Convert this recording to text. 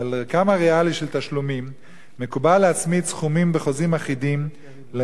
אני מתכבד להציג בפניכם את הצעת חוק החוזים האחידים (תיקון מס' 4),